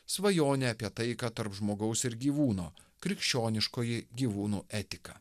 svajonę apie taiką tarp žmogaus ir gyvūno krikščioniškoji gyvūnų etika